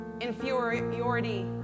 Inferiority